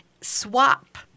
SWAP